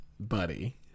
buddy